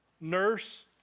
nurse